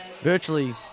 virtually